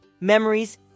memories